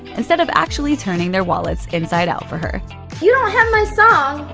instead of actually turning their wallets inside out for her. you don't have my song,